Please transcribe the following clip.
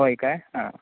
होय काय हां